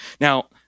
Now